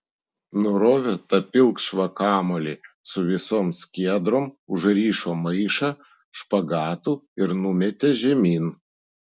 nurovė tą pilkšvą kamuolį su visom skiedrom užrišo maišą špagatu ir numetė žemyn